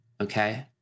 Okay